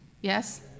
Yes